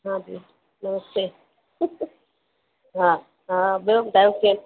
हा भेण नमस्ते हा हा ॿियो ॿुधायो कीअं